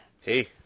Hey